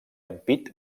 ampit